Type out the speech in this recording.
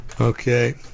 Okay